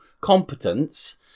competence